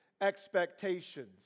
expectations